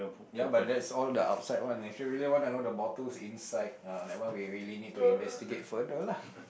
ya but that's all the outside one you should really want to know the bottles inside ah that one we really need to investigate further lah